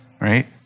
right